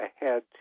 ahead